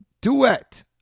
Duet